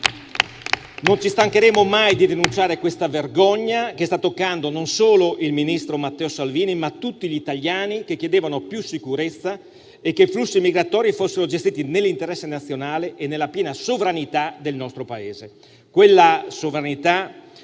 Non ci stancheremo mai di denunciare questa vergogna che sta toccando non solo il ministro Matteo Salvini, ma anche tutti gli italiani che chiedevano più sicurezza affinché i flussi migratori fossero gestiti nell'interesse nazionale e nella piena sovranità del nostro Paese.